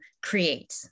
create